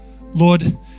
Lord